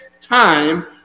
time